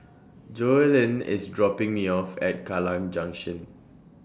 Joellen IS dropping Me off At Kallang Junction